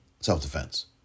self-defense